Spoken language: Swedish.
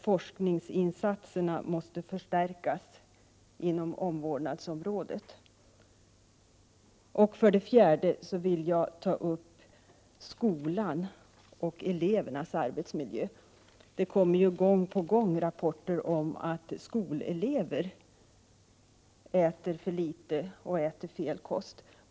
Forskningsinsatserna inom omvårdnadsområdet måste förstärkas. För det fjärde vill jag ta upp skolan och elevernas arbetsmiljö. Det kommer ju gång på gång rapporter om att skolelever äter för litet och att de äter fel kost.